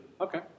Okay